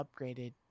upgraded